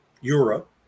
Europe